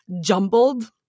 jumbled